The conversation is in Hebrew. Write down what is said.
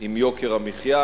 עם יוקר המחיה,